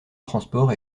transport